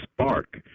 spark